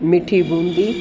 मिठी बूंदी